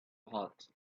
hot